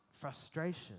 frustration